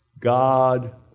God